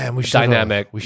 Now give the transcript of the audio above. dynamic